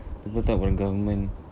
people talk about the government